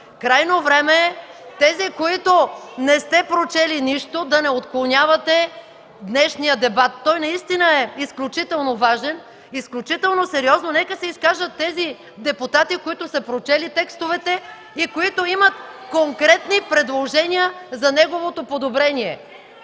Крайно време е тези, които не са прочели нищо, да не отклоняват днешния дебат. Той наистина е изключително важен, изключително сериозен. Нека се изкажат тези депутати, които са прочели текстовете и които имат конкретни предложения за неговото подобрение.